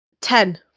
Ten